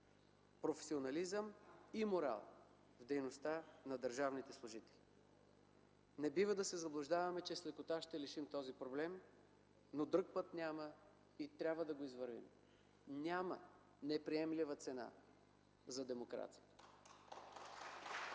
професионализъм и морал в дейността на държавните служители. Не бива да се заблуждаваме, че с лекота ще решим този проблем, но друг път няма и трябва да го извървим. Няма неприемлива цена за демокрацията.